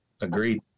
Agreed